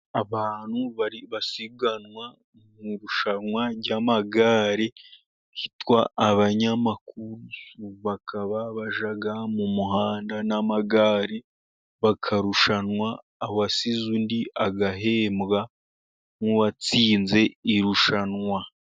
Abantu basiganwa mu irushanwa ry'amagare ryitwa abanyamakuru, bakaba bajya mu muhanda n'amagare bakarushanwa. uwasize undi agahembwa nk'uwatsinze irushanwa.